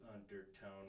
undertone